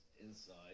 inside